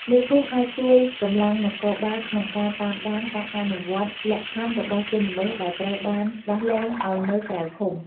មេភូមិអាចជួយកម្លាំងនគរបាលក្នុងការតាមដានការអនុវត្តលក្ខខណ្ឌរបស់ជនល្មើសដែលត្រូវបានដោះលែងឲ្យនៅក្រៅឃុំ។